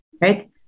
right